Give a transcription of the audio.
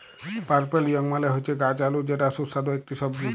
purple yam মালে হচ্যে গাছ আলু যেটা সুস্বাদু ইকটি সবজি